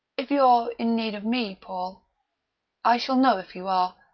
if you're in need of me, paul i shall know if you are,